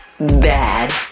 bad